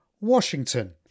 Washington